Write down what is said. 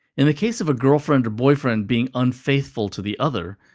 in the case of a girlfriend or boyfriend being unfaithful to the other,